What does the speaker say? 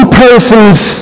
person's